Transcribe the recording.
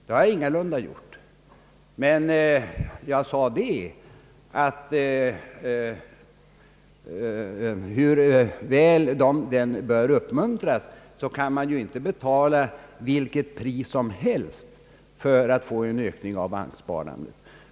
Det gör jag ingalunda, men jag sade att hur väl banksparandet än bör uppmuntras, så kan man inte betala vilket pris som helst för att öka det.